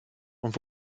und